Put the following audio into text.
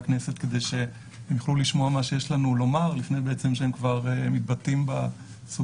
הכנסת כדי שהם יוכלו לשמוע מה יש לנו לומר לפני שהם מתבטאים בסוגיות,